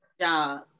job